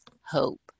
hope